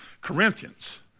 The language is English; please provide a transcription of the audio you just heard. Corinthians